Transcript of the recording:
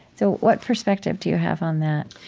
so what perspective do you have on that?